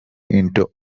into